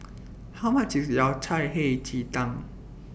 How much IS Yao Cai Hei Ji Tang